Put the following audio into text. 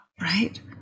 Right